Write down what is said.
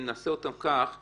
אם נעשה אותן כך,